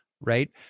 right